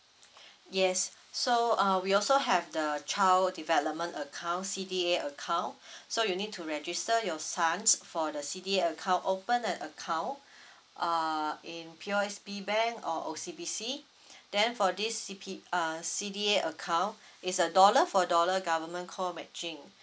yes so uh we also have the child development account C_D_A account so you need to register your son for the C_D_A account open an account uh in P_O_S_B bank or O_C_B_C then for this C_P uh C_D_A account it's a dollar for dollar government co matching